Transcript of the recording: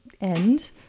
end